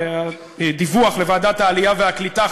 הדיווח לוועדת העלייה והקליטה,